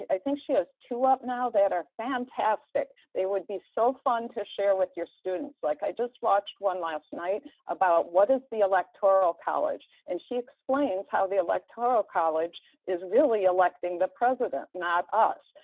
i think she has two up now. they are fantastic. they would be so fun to share with your students. like i just watched one last night about what is the electoral college, and she explains how the electoral college is really electing the president, not us.